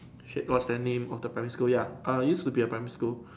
shit what's that name of the primary school ya err used to be a primary school